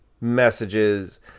messages